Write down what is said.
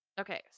Okay